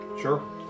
Sure